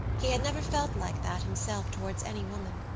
he had never felt like that himself towards any woman,